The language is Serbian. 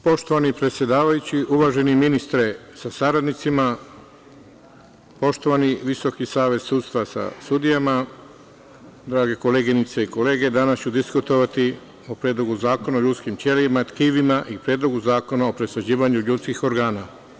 Poštovani predsedavajući, uvaženi ministre sa saradnicima, poštovani Visoki savet sudstva sa sudijama, drage koleginice i kolege, danas ću diskutovati o Predlogu zakona o ljudskim ćelijama, tkivima i Predlogu zakona o presađivanju ljudskih organa.